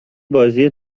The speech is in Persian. بازی